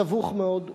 סבוך מאוד,